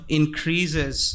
increases